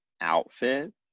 outfit